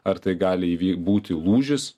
ar tai gali įvy būti lūžis